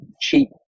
cheap